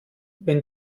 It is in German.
wenn